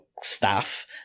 staff